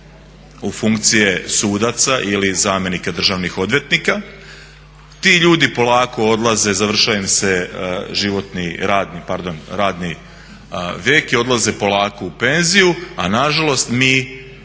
u funkcije sudaca ili zamjenika državnih odvjetnika. Ti ljudi polako odlaze, završava im se životni, radni pardon radni vijek i odlaze polako u penziju a nažalost mi ni